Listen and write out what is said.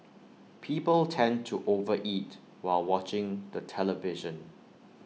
people tend to over eat while watching the television